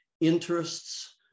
interests